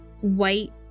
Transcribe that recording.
white